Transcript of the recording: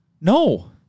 No